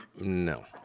No